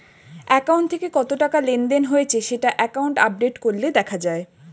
account থেকে কত টাকা লেনদেন হয়েছে সেটা অ্যাকাউন্ট আপডেট করলে দেখা যায়